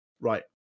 Right